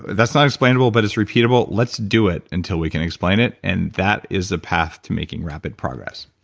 that's not explainable but it's repeatable, let's do it until we can explain it. and that is the path to making rapid progress.